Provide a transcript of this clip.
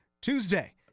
Tuesday